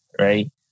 right